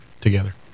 together